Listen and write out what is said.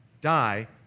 Die